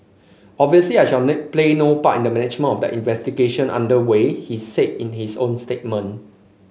obviously I shall play no part in the management of the investigation under way he said in his own statement